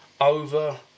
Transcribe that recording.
over